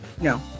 no